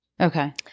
Okay